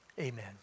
Amen